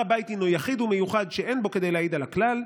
הבית הינו יחיד ומיוחד שאין בו כדי להעיד על הכלל,